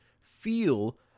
feel